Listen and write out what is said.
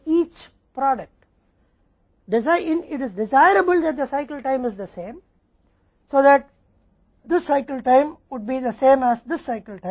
ताकि यह चक्र समय इस चक्र के समय के समान हो जाए हमें इस बात को फिर से स्पष्ट रूप से आकर्षित करना होगा